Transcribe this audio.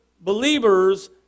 believers